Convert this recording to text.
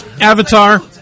Avatar